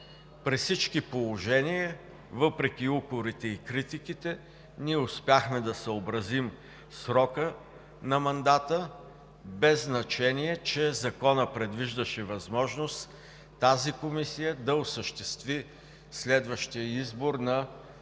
при всички положения въпреки укорите и критиките ние успяхме да съобразим срока на мандата, без значение че Законът предвиждаше възможност тази Комисия да осъществи следващия избор на